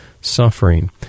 suffering